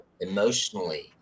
emotionally